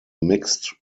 mixed